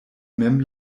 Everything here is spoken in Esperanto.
mem